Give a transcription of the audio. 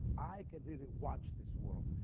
i can really watch this world,